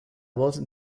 voz